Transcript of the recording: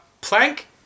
Plank